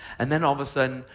and then all of a sudden,